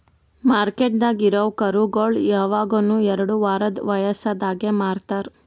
ಮಾರ್ಕೆಟ್ದಾಗ್ ಇರವು ಕರುಗೋಳು ಯವಗನು ಎರಡು ವಾರದ್ ವಯಸದಾಗೆ ಮಾರ್ತಾರ್